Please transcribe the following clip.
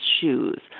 shoes